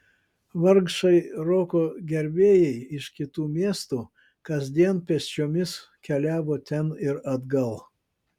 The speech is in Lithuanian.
vargšai roko gerbėjai iš kitų miestų kasdien pėsčiomis keliavo ten ir atgal